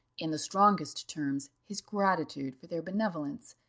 in the strongest terms, his gratitude for their benevolence.